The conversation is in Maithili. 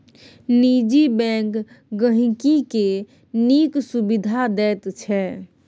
निजी बैंक गांहिकी केँ नीक सुबिधा दैत छै